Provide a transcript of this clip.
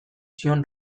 zion